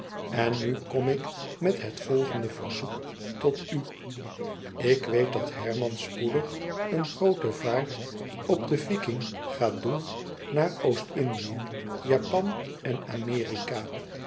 en nu kom ik met het volgende verzoek tot u ik weet dat herman spoedig een groote vaart op den viking gaat doen naar oost-indië japan en amerika